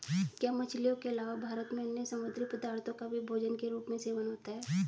क्या मछलियों के अलावा भारत में अन्य समुद्री पदार्थों का भी भोजन के रूप में सेवन होता है?